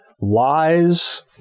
Lies